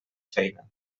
feina